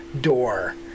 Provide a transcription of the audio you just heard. door